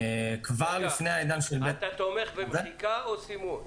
כבר לפני העניין --- אתה תומך במחיקה או בסימון?